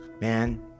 man